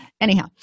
Anyhow